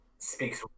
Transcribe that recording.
Speaks